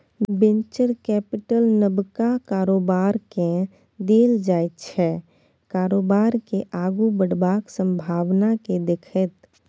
venture capital नबका कारोबारकेँ देल जाइ छै कारोबार केँ आगु बढ़बाक संभाबना केँ देखैत